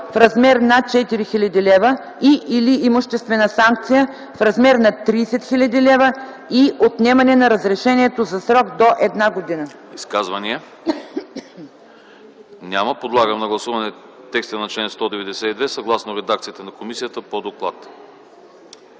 в размер на 4000 лв. и/или имуществена санкция в размер на 30 000 лв. и отнемане на разрешението за срок до една година.” ПРЕДСЕДАТЕЛ АНАСТАС АНАСТАСОВ: Изказвания? Няма. Подлагам на гласуване текста на чл. 192 съгласно редакцията на комисията по доклад.